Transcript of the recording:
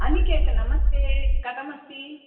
अनिकेतः नमस्ते कथमस्ति